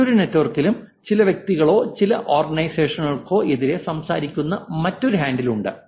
മറ്റൊരു നെറ്റ്വർക്കിലും ചില വ്യക്തികളെയോ ചില ഓർഗനൈസേഷനുകൾക്കോ എതിരെ സംസാരിക്കുന്ന മറ്റൊരു ഹാൻഡിൽ ഉണ്ട്